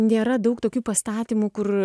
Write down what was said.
nėra daug tokių pastatymų kur